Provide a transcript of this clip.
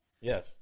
Yes